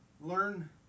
learn